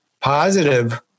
positive